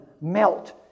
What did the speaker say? melt